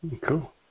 Cool